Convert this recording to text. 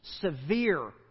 severe